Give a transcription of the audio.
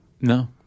No